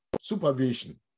supervision